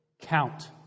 count